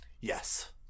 Yes